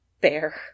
bear